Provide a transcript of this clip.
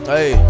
Hey